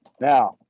Now